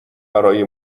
برای